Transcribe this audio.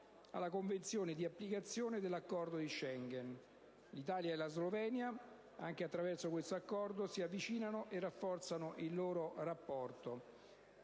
alla Convenzione di applicazione dell'Accordo di Schengen. L'Italia e la Slovenia, anche attraverso questo Accordo, si avvicinano e rafforzano il loro rapporto.